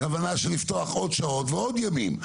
כוונה לפתוח עוד שעות ועוד ימים.